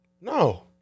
No